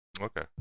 Okay